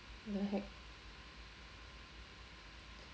what the heck